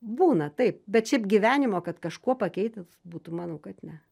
būna taip bet šiaip gyvenimo kad kažkuo pakeitus būtų manau kad ne